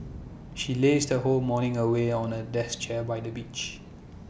she lazed her whole morning away on A deck chair by the beach